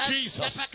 Jesus